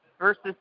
versus